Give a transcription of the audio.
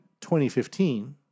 2015